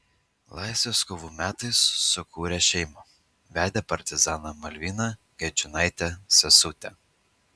laisvės kovų metais sukūrė šeimą vedė partizanę malviną gedžiūnaitę sesutę